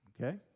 Okay